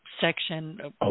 section